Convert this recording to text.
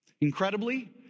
Incredibly